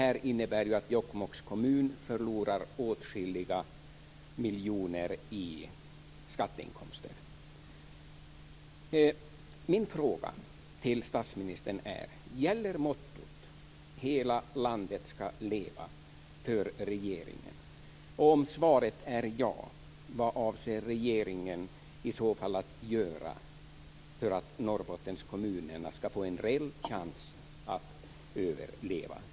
Det innebär att Jokkmokks kommun förlorar åtskilliga miljoner i skatteinkomster. "hela landet skall leva" för regeringen? Om svaret är ja, vad avser regeringen i så fall att göra för att Norrbottenskommunerna skall få en reell chans att överleva?